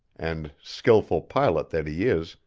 and, skillful pilot that he is,